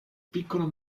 piccolo